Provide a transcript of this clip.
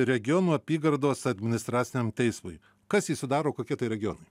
regionų apygardos administraciniam teismui kas jį sudaro kokie tai regionai